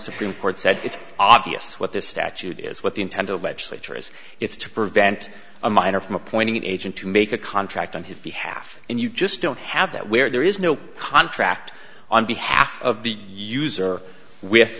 supreme court said it's obvious what this statute is what the intent of legislature is it's to prevent a minor from appointing an agent to make a contract on his behalf and you just don't have that where there is no contract on behalf of the user with